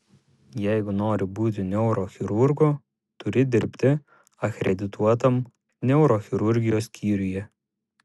jeigu nori būti neurochirurgu turi dirbti akredituotam neurochirurgijos skyriuje